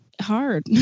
hard